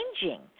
changing